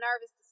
nervous